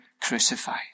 crucified